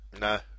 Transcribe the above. No